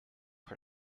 her